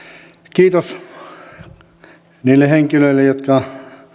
kiitos niille henkilöille jotka